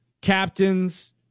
captains